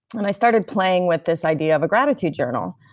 and i started playing with this idea of a gratitude journal.